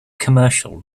commercial